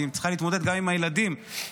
כי היא צריכה להתמודד גם עם הילדים שעוברים